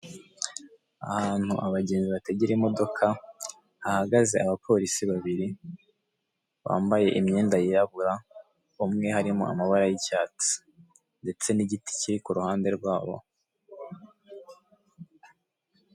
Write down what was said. Aha hantu abagenzi bategera imodoka hahagaze abapolisi babiri bambaye imyenda yirabura umwe harimo amabara y' icyatsi ndetse n' igiti kiri kuruhande rwabo.